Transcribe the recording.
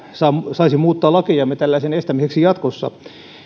saisi muuttaa lakejamme tällaisen estämiseksi jatkossa